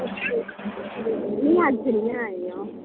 नी अज्ज नी आई दी अ'ऊं